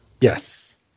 Yes